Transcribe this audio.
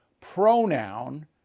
pronoun